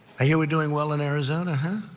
i hear we're doing well in arizona.